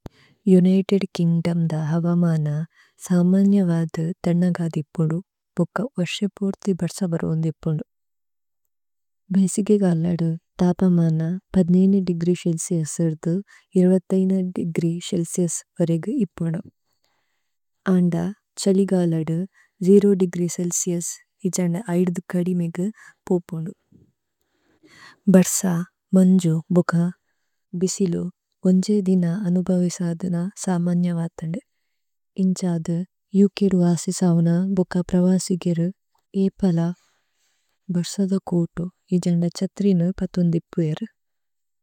United Kingdom ദ ഹവമന സാമന്യവാദു ഥനഗദി ഇപുദു। ഭുഖ വസ്യപുര്ഥി ബത്സ ബര്വോന്ദി ഇപുദു। ഭേസിഗേ ഗാലദു തപമന പത്ത് അഞ്ച് ദേഗ്രീ ചേല്ചിഉസ് അര്ധു ഇരുപത് അഞ്ച് ദേഗ്രീ ചേല്ചിഉസ് വരേഗു ഇപുദു। അന്ദ ഛലി ഗാലദു പൂജ്യം ദേഗ്രീ ചേല്ചിഉസ് ഇജന്ദ അയ്ദുദു കദിമേഗു പുപുദു। ഭത്സ, മന്ജു, ബുഖ, ബിസിലു ഓന്ജേ ദിന അനുഭവിസാദു ന സാമന്യവാദു। ഇന്ഛാദു ഉക് ദു വസ്യസവന ബുഖ പ്രവസിഗിരു ഏ പല ബത്സദ കോതു ഇജന്ദ ഛത്രിനു പതോന്ദിപു ഏരു।